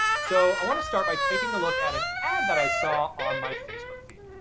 so i wanna start by taking a look at an ad that i saw on my facebook feed.